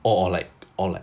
or like or like